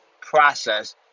process